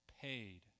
paid